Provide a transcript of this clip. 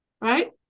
Right